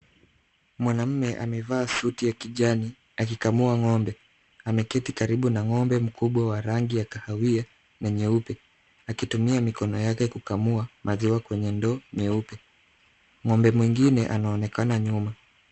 Mwanaume amevaa suti ya kijani akikamua ng'ombe. Ameketi karibu na ng'ombe mkubwa wa rangi ya kahawia na nyeupe, akitumia mikono yake kukamua maziwa kwenye ndoo nyeupe. Ng'ombe mwingine anaonekana nyuma.